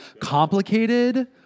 Complicated